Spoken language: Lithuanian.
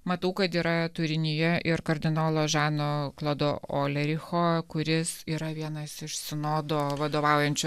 matau kad yra turinyje ir kardinolo žano klodo olericho kuris yra vienas iš sinodo vadovaujančių